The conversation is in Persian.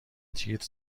تیتر